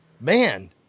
Man